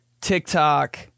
TikTok